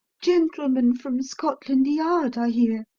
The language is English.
gentlemen from scotland yard are here.